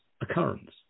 occurrence